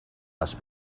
las